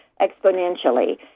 exponentially